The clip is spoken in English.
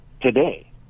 today